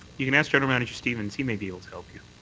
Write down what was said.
you can ask general manager stevens. he may be able to help you.